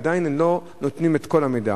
עדיין הן לא נותנות את כל המידע.